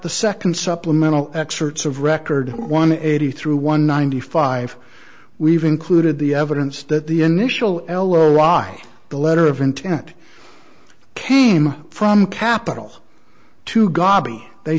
the second supplemental excerpts of record one eighty through one ninety five we've included the evidence that the initial l o i the letter of intent came from capital to